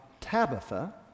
Tabitha